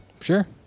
sure